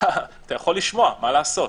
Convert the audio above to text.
אתה יכול לשמוע, מה לעשות.